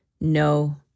no